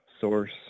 source